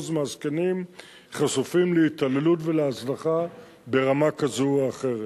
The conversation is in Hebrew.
מהזקנים חשופים להתעללות ולהזנחה ברמה כזו או אחרת,